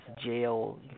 jail